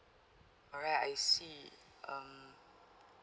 alright I see um